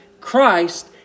Christ